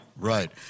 Right